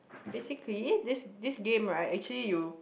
basically this this game right actually you